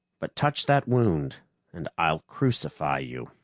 but touch that wound and i'll crucify you.